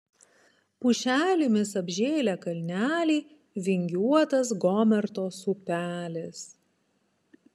pušelėmis apžėlę kalneliai vingiuotas gomertos upelis